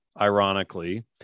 ironically